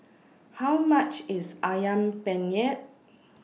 How much IS Ayam Penyet